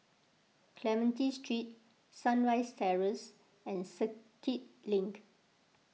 Clementi Street Sunrise Terrace and Circuit Link